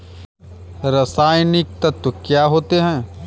रसायनिक तत्व क्या होते हैं?